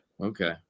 Okay